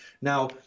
Now